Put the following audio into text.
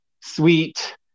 sweet